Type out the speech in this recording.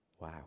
wow